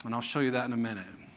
and i'll show you that in a minute.